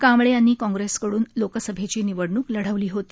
कांबळे यांनी काँग्रेसकडून लोकसभेची निवडणुक लढवली होती